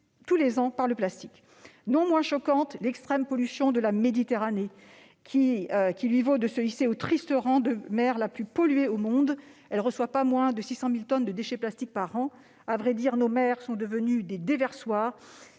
tous les ans par le plastique. Non moins choquante, l'extrême pollution de la Méditerranée lui vaut de se hisser au triste rang de mer la plus polluée au monde. Elle ne reçoit pas moins de 600 000 tonnes de déchets de plastique par an. À vrai dire, nos mers sont devenues des déversoirs.